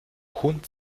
hund